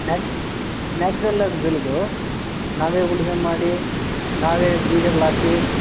ನ್ಯಾಚ್ ನ್ಯಾಚುರಲ್ಲಾಗಿ ಬೆಳೆದು ನಾವೇ ಉಳುಮೆ ಮಾಡಿ ನಾವೇ ಬೀಜಗಳಾಕಿ